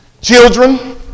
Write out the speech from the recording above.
Children